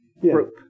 group